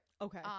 Okay